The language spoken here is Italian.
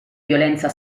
violenza